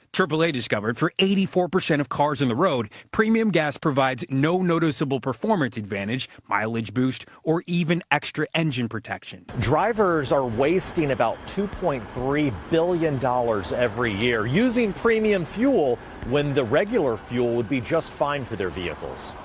aaa discovered for eighty four percent of cars on and the road, premium gas provides no noticeable performance advantage, mileage boost, or even extra engine protection. drivers are wasting about two point three billion dollars every year using premium fuel when the regular fuel would be just fine for their vehicles.